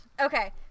okay